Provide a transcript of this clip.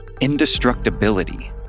indestructibility